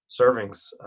servings